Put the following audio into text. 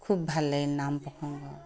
খুব ভাল লাগিল নাম প্ৰসংগ